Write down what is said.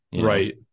Right